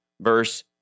verse